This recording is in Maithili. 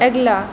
अगिला